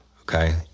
Okay